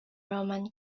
roman